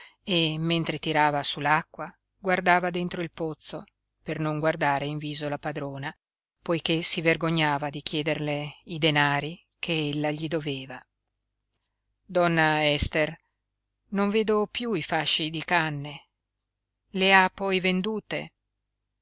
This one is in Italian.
e mentre tirava su l'acqua guardava dentro il pozzo per non guardare in viso la padrona poiché si vergognava di chiederle i denari che ella gli doveva donna ester non vedo piú i fasci di canne le ha poi vendute